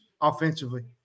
offensively